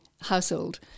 household